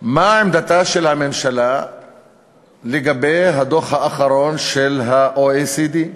מה עמדתה של הממשלה לגבי הדוח האחרון של ה-OECD.